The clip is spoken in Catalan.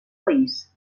país